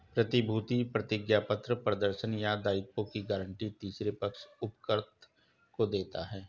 प्रतिभूति प्रतिज्ञापत्र प्रदर्शन या दायित्वों की गारंटी तीसरे पक्ष उपकृत को देता है